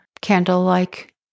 candle-like